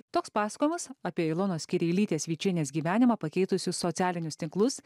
toks pasakojimas apie ilonos kirilytės vičienės gyvenimą pakeitusius socialinius tinklus